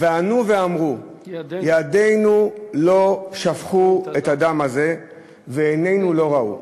וענו ואמרו: ידינו לא שפכו את הדם הזה ועינינו לא ראו.